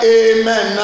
amen